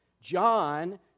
John